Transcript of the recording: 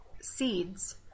seeds